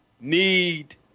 need